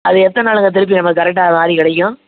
அது எத்தனை நாள்லேங்க திருப்பி நமக்கு கரெக்டாக மாறி கிடைக்கும்